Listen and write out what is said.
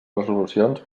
resolucions